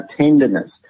tenderness